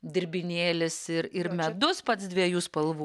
dirbinėlis ir ir medus pats dviejų spalvų